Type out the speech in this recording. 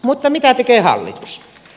mutta mitä tekee hallitus